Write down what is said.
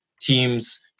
teams